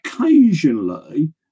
occasionally